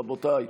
רבותיי,